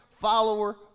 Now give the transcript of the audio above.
follower